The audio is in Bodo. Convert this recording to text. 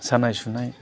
सानाय सुनाय